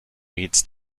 reeds